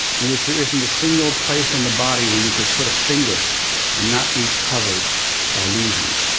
in which there isn't a single place on the body where you could put a finger and not be covered by lesions.